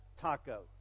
taco